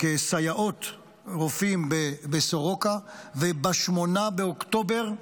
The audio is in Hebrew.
כסייעות רופאים בסורוקה, וב-8 באוקטובר,